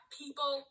people